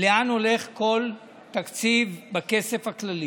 לאן הולך כל תקציב בכסף הכללי: